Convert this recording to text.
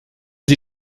sie